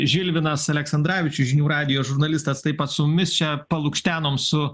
žilvinas aleksandravičius žinių radijo žurnalistas taip pat su mumis čia palukštenom su